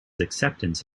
acceptance